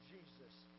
Jesus